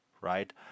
right